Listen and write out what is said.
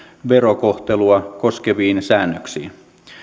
verokohtelua koskeviin säännöksiin